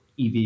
EV